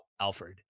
alfred